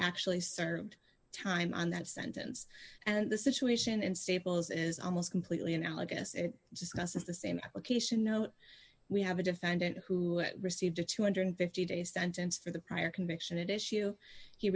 actually served time on that sentence and the situation in stables is almost completely analogous it discusses the same application note we have a defendant who received a two hundred and fifty dollars days sentence for the prior conviction and issue